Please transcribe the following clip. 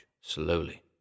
slowly